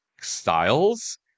styles